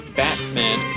batman